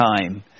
time